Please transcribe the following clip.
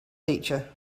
teacher